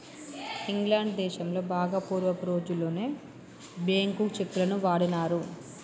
England దేశంలో బాగా పూర్వపు రోజుల్లోనే బ్యేంకు చెక్కులను వాడినారు